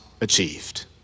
achieved